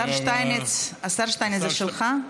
השר שטייניץ, זה שלך?